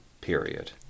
Period